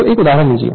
तो एक उदाहरण लीजिए